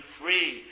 free